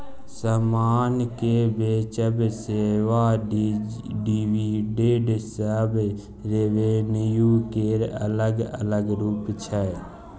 समान केँ बेचब, सेबा, डिविडेंड सब रेवेन्यू केर अलग अलग रुप छै